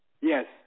Yes